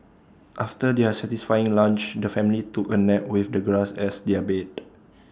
after their satisfying lunch the family took A nap with the grass as their bed